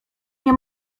nie